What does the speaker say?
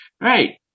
right